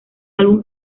álbum